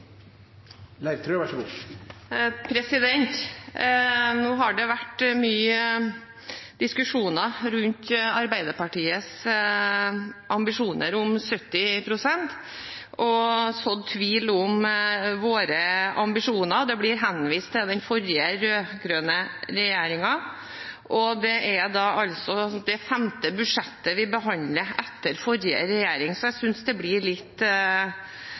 har vært mye diskusjon rundt Arbeiderpartiets ambisjoner om 70 pst., og det har vært sådd tvil om våre ambisjoner. Det blir henvist til den forrige, rød-grønne regjeringen, men dette er altså det femte budsjettet vi behandler etter den regjeringen. Befolkningen i Bergen har økt med 20 000 innbyggere siden forrige regjering.